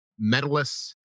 medalists